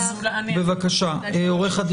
בבקשה, עו"ד